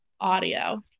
audio